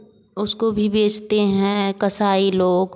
उसको भी बेचते हैं कसाई लोग